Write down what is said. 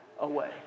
away